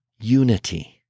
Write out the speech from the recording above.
unity